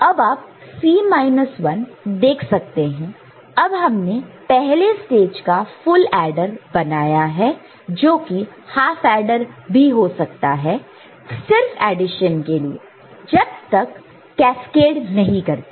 अब आप C 1 देख सकते हैं अब हमने पहले स्टेज का फुल एडर बनाया है जोकि हाफ एडर भी हो सकता है सिर्फ ऑडिशन के लिए जब तक कैस्केड नहीं करते